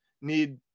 need